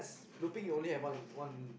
looping you only have one one